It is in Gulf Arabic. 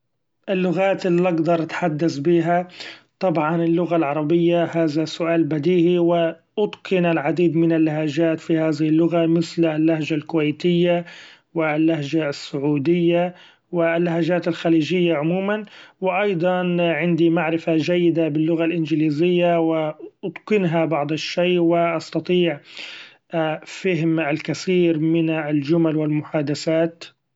اللغات ال اقدر أتحدث بيها: طبعا اللغة العربية هذا سؤال بديهي و أتقن العديد من اللهجات في هذه اللغة مثل اللهجة الكويتية ، و اللهجة السعودية ، و اللهجات الخليجية عموما ، و أيضا عندي معرفة جيدة باللغة الإنجليزية وأتقنها بعض الشيء و استطيع فهم الكثير من الجمل و المحادثات.